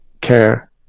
care